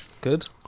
Good